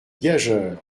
gageure